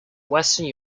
western